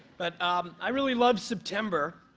but um i really love september.